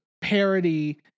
parody